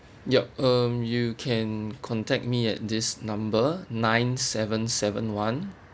yup um you can contact me at this number nine seven seven one